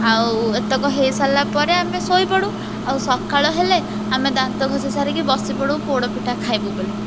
ଆଉ ଏତକ ହୋଇ ସାରିଲା ପରେ ଆମେ ଶୋଇପଡୁ ଆଉ ସକାଳ ହେଲେ ଆମେ ଦାନ୍ତ ଘଷି ସାରିକି ବସିପଡୁ ପୋଡ଼ପିଠା ଖାଇବୁ ବୋଲି